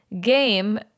Game